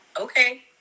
okay